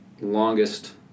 longest